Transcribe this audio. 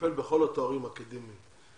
לטפל בכל התארים האקדמיים.